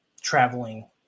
traveling